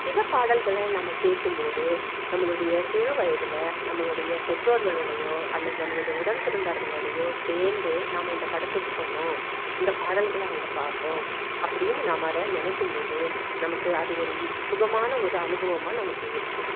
சில பாடல்கள நம்ம கேட்கும் போது நம்மளுடைய சிறு வயதில் நம்மளுடைய பெற்றோர்களோடைய அல்லது நம்மளுடைய உடன் பிறந்தார்களோடய சேர்ந்து நம்ம இந்த படத்துக்கு போகணும் இந்த பாடல்களை அங்கே பார்த்தோம் அப்படினு நாம் அதை நினைக்கும் போது நமக்கு அது ஒரு இ சுகமான ஒரு அனுபவமாக நமக்கு இருக்குது